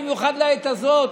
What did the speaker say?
במיוחד לעת הזאת.